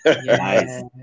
Nice